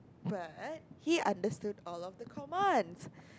but he understood all of the commands